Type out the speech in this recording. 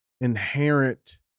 inherent